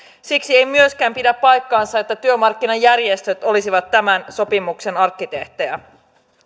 siksi ei myöskään pidä paikkaansa että työmarkkinajärjestöt olisivat tämän sopimuksen arkkitehtejä